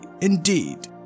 indeed